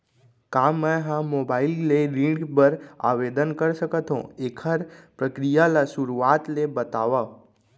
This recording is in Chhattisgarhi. का मैं ह मोबाइल ले ऋण बर आवेदन कर सकथो, एखर प्रक्रिया ला शुरुआत ले बतावव?